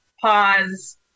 pause